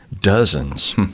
dozens